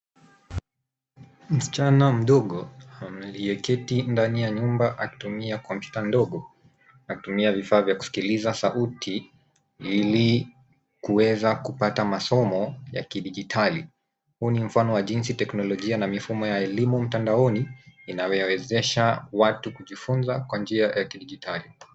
Msichana mdogo aliyeketi ndani ya nyumba akitumia kompyuta ndogo. Akitumia vifaa vya kusikiliza sauti ili kuweza kupata masomo ya kidijitali. Huu ni mfano wa jinsi teknolojia na mifumo ya elimu mtandaoni inawawezesha watu kujifunza kwa njia ya kidijitali.